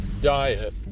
diet